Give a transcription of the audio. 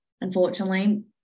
Unfortunately